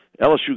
LSU